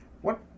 What-